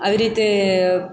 આવી રીતે